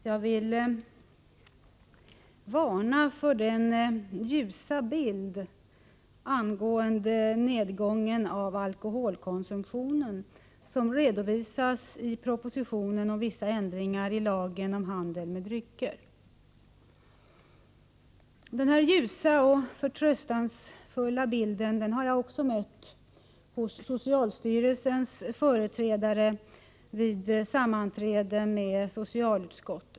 Herr talman! Jag vill varna för den ljusa bild angående nedgången av alkoholkonsumtionen som redovisas i propositionen om vissa ändringar i lagen om handel med drycker. Denna ljusa och förtröstansfulla bild har jag också mött hos socialstyrelsens företrädare vid sammanträde med socialutskottet.